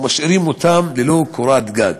ומשאירים אותם ללא קורת גג.